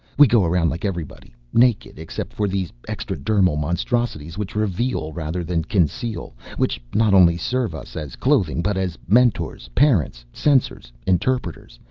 we go around like everybody, naked except for these extradermal monstrosities which reveal rather than conceal, which not only serve us as clothing but as mentors, parents, censors, interpreters,